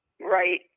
Right